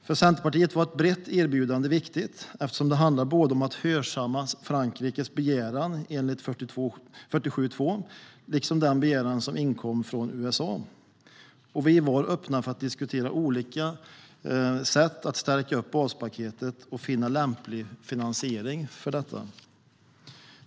För Centerpartiet var ett brett erbjudande viktigt, eftersom det handlade om att hörsamma Frankrikes begäran enligt artikel 42.7, liksom den begäran som inkom från USA. Vi var öppna för att diskutera olika sätt att stärka baspaketet och finna lämplig finansiering för detta.